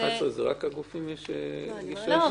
ב-11 זה רק הגופים שיש להם גישה ישירה?